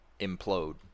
implode